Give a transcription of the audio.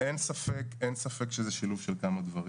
אין ספק שזה שילוב של כמה דברים.